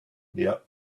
life